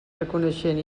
reconeixent